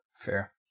Fair